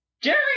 Jerry